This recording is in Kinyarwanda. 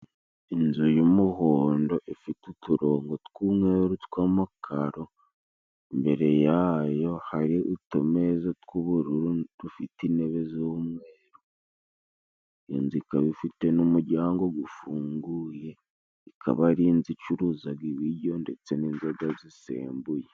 Inzu y'umuhondo ifite uturongo tw'umweru tw'amakaro, imbere yayo hari utumeza tw'ubururu dufite intebe z'umweru. Inzu ikaba ifite n'umuryango gufunguye, ikaba ari inzu icuruzaga ibiryo ndetse n'inzoga zisembuye.